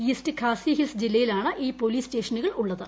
east Khasi hills ജില്ലയിലാണ് ഈ പോലീസ് സ്റ്റേഷനുകൾ ഉള്ളത്